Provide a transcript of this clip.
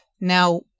Now